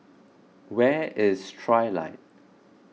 where is Trilight